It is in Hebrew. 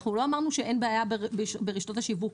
אנחנו לא אמרנו שאין בעיה ברשתות השיווק.